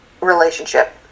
relationship